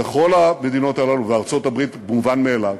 בכל המדינות הללו, ובארצות-הברית, מובן מאליו,